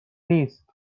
نیست